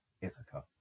Ithaca